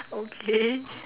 okay